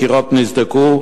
קירות נסדקו,